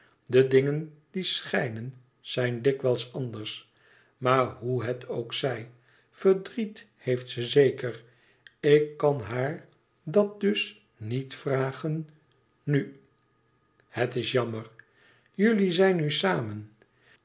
de dingen die schijnen zijn dikwijls anders maar hoe het ook zij verdriet heeft ze zeker ik kan haar dat dus niet vragen nu het is jammer jullie zijn nu samen